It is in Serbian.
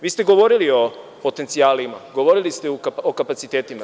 Vi ste govorili o potencijalima, govorili ste o kapacitetima.